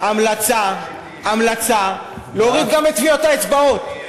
המלצה להוריד גם את טביעות האצבעות.